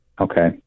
Okay